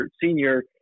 senior